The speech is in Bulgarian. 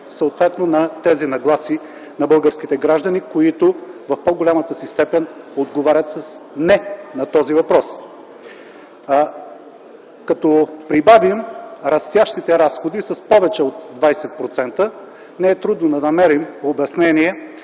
съответно на тези нагласи на българските граждани, които в по-голямата си степен отговарят с „не” на този въпрос. Като прибавим растящите разходи с повече от 20%, не е трудно да намерим обяснение